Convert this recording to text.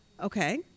Okay